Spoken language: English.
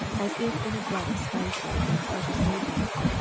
as if in a bed of spices, and precious ointments.